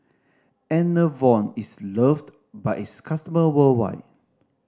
Enervon is loved by its customer worldwide